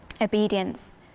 obedience